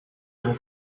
him